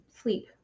sleep